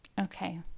Okay